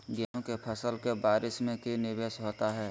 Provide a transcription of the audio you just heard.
गेंहू के फ़सल के बारिस में की निवेस होता है?